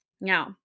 Now